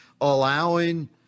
allowing